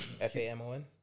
F-A-M-O-N